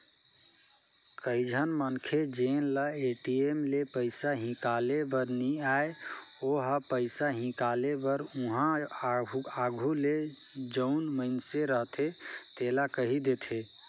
कइझन मनखे जेन ल ए.टी.एम ले पइसा हिंकाले बर नी आय ओ ह पइसा हिंकाले बर उहां आघु ले जउन मइनसे रहथे तेला कहि देथे